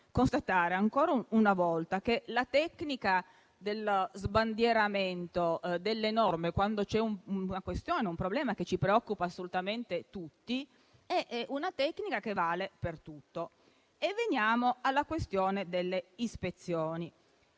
constatare, ancora una volta, che la tecnica dello sbandieramento delle norme, quando c'è una questione o un problema che ci preoccupa assolutamente tutti, è una tecnica che vale per tutto. E veniamo alla questione delle ispezioni,